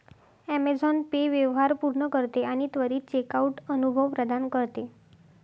Amazon Pay व्यवहार पूर्ण करते आणि त्वरित चेकआउट अनुभव प्रदान करते